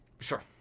Sure